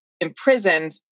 imprisoned